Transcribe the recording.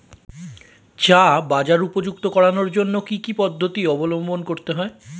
চা বাজার উপযুক্ত করানোর জন্য কি কি পদ্ধতি অবলম্বন করতে হয়?